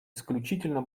исключительно